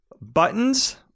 buttons